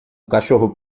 cachorro